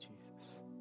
Jesus